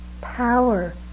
power